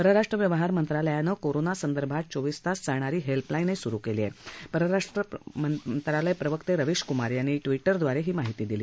परराष्ट्र व्यवहार मंत्रालयानं कोरोना संदर्भात चोवीस तास चालणारी हस्तिलाईन सुरू क्वी आह पिरराष्ट्र मंत्रालय प्रवर्त उवीशकुमार यांनी एका ट्विटमध्याही माहिती दिली